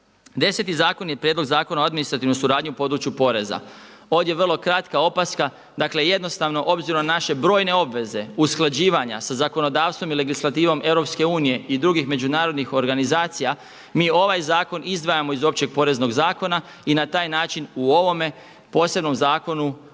Deseti zakon je Prijedlog zakona o administrativnoj suradnji u području poreza. Ovdje vrlo kratka opaska, dakle jednostavno obzirom na naše brojne obveze usklađivanja sa zakonodavstvom i legislativom EU i drugih međunarodnih organizacija, mi ovaj zakon izdvajamo iz općeg poreznog zakona i na taj način u ovome posebnom zakonu u